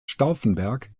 stauffenberg